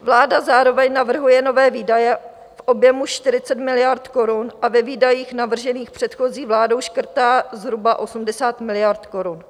Vláda zároveň navrhuje nové výdaje v objemu 40 miliard korun a ve výdajích navržených předchozí vládou škrtá zhruba 80 miliard korun.